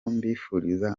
mbifuriza